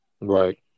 Right